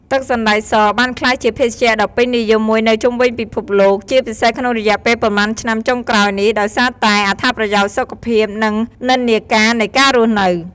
ទឹកសណ្តែកសបានក្លាយជាភេសជ្ជៈដ៏ពេញនិយមមួយនៅជុំវិញពិភពលោក ជាពិសេសក្នុងរយៈពេលប៉ុន្មានឆ្នាំចុងក្រោយនេះ ដោយសារតែអត្ថប្រយោជន៍សុខភាព និងនិន្នាការនៃការរស់នៅ។